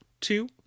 two